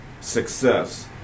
success